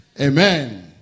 Amen